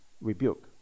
rebuke